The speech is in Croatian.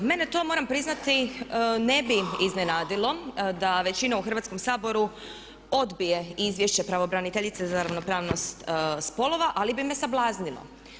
Mene to moram priznati ne bi iznenadilo da većina u Hrvatskom saboru odbije Izvješće pravobraniteljice za ravnopravnost spolova, ali bi me sablaznilo.